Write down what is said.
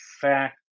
fact